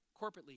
corporately